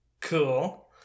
cool